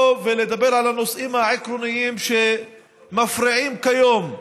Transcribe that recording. ולדבר על הנושאים העקרוניים שמפריעים כיום,